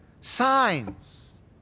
signs